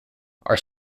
are